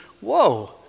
whoa